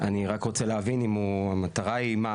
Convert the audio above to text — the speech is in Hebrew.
אני רק רוצה להבין אם המטרה היא מה?